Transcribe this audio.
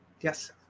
Yes